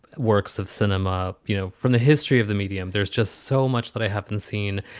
works of cinema. you know, from the history of the medium. there's just so much that i haven't seen.